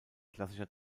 klassischer